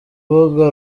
rubuga